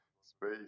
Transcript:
space